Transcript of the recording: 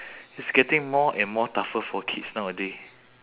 it's getting more and more tougher for kids nowadays